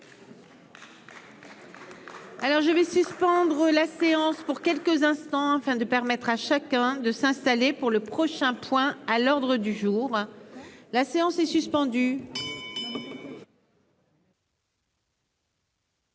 Alors je vais suspendre la séance pour quelques instants afin de permettre à chacun de s'installer pour le prochain point à l'ordre du jour, la séance est suspendue.